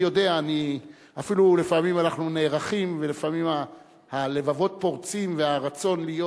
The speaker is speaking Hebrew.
אפילו לפעמים אנחנו נערכים ולפעמים הלבבות פורצים והרצון להיות,